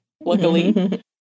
luckily